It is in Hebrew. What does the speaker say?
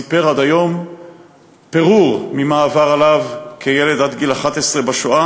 אשר לא סיפר עד היום פירור ממה שעבר עליו כילד עד גיל 11 בשואה,